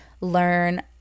learn